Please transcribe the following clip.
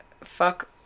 fuck